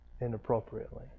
inappropriately